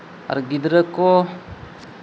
ᱟᱨ ᱜᱤᱫᱽᱨᱟᱹ ᱠᱚ